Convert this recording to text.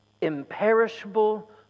imperishable